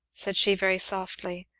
said she very softly,